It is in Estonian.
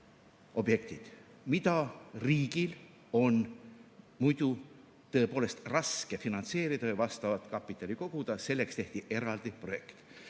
objektid, mida riigil on muidu tõepoolest raske finantseerida ja vastavat kapitali koguda. Selleks tehti eraldi projekt.